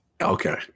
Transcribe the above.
Okay